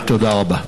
תודה רבה.